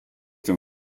dem